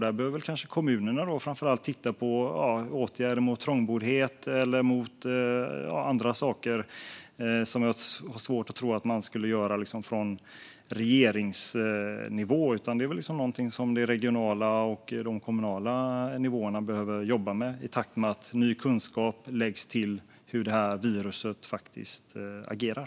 Där behöver framför allt kommunerna titta på åtgärder mot trångboddhet och andra saker som jag har svårt att tro att man skulle göra från regeringsnivå. Detta är något som de regionala och kommunala nivåerna behöver jobba med i takt med att ny kunskap läggs till om hur viruset agerar.